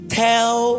tell